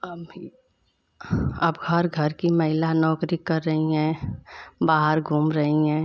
अब भी अब हर घर की महिला नौकरी कर रही हैं बाहर घूम रही हैं